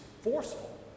forceful